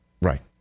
Right